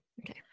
Okay